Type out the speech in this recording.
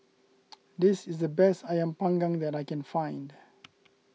this is the best Ayam Panggang that I can find